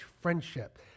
Friendship